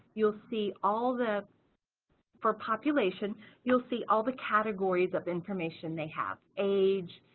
you'll see all the for population you'll see all the categories of information they have age,